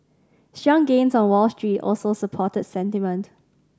strong gains on Wall Street also supported sentiment